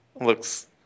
looks